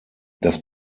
das